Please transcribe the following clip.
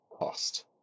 cost